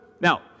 Now